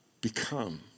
become